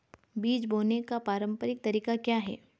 बीज बोने का पारंपरिक तरीका क्या है?